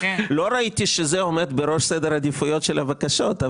לא ראיתי שזה עומד בראש סדר העדיפויות של הבקשות.